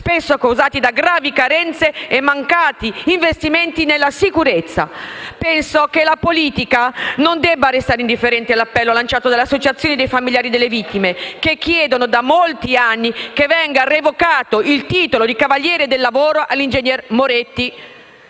spesso causati da gravi carenze e mancati investimenti nella sicurezza. Penso che la politica non debba restare indifferente all'appello lanciato dalle associazioni dei familiari delle vittime, che chiedono da molti anni che venga revocato il titolo di cavaliere del lavoro all'ingegner Moretti.